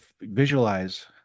visualize